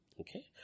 Okay